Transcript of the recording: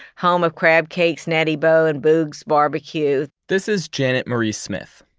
home of crab cakes, natty boh, and boog's barbecue this is janet marie smith,